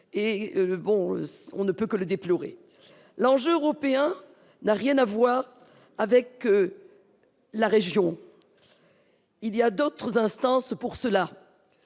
nous ne pouvons que déplorer. L'enjeu européen n'a rien à voir avec la région ; il y a d'autres instances pour celle-ci.